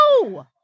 No